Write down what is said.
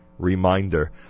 reminder